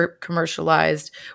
commercialized